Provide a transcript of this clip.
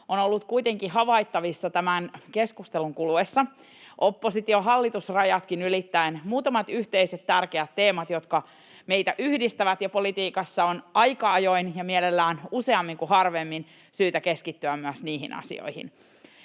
on ollut kuitenkin havaittavissa tämän keskustelun kuluessa oppositio—hallitus-rajatkin ylittäen muutama yhteinen tärkeä teema, jotka meitä yhdistävät, ja politiikassa on aika ajoin, ja mielellään useammin kuin harvemmin, syytä keskittyä myös niihin asioihin.